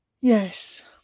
Yes